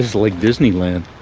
like disneyland.